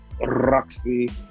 Roxy